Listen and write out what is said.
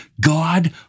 God